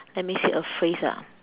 let me see a phrase ah